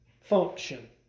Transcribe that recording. function